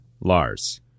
Lars